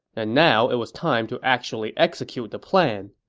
and now, it was time to actually execute the plan.